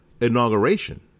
inauguration